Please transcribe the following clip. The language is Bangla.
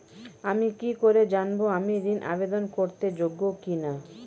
আমি কি করে জানব আমি ঋন আবেদন করতে যোগ্য কি না?